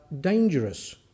dangerous